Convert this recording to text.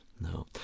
No